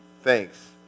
thanks